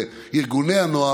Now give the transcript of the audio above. לארגוני הנוער,